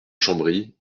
chambry